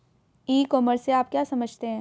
ई commerce से आप क्या समझते हैं?